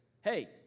hey